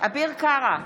אביר קארה,